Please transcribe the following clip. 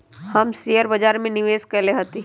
हम शेयर बाजार में निवेश कएले हती